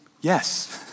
yes